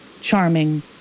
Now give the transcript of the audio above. charming